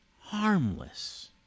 harmless